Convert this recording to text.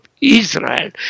Israel